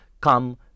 come